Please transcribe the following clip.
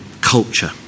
culture